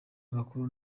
abakuru